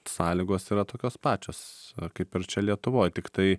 sąlygos yra tokios pačios kaip ir čia lietuvoj tiktai